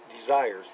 desires